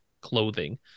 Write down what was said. clothing